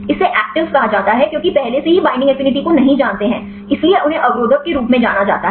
इसे एक्टीव्स कहा जाता है क्योंकि पहले से ही बाइंडिंग एफिनिटी को नहीं जानते हैं इसलिए उन्हें अवरोधक के रूप में जाना जाता है